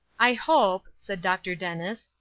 i hope, said dr. dennis,